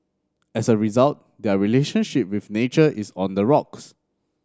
as a result their relationship with nature is on the rocks